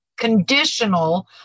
conditional